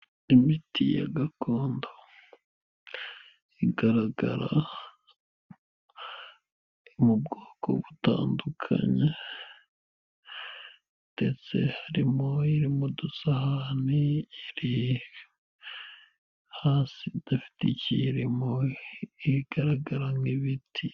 Imiti ya gakondo igaragara mu bwoko butandukanye ndetse harimo iri mu dusahani, iri hasi idafite icyo irimo, igaragara nk'ibiti.